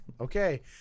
Okay